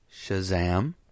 Shazam